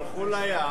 סעיף 51,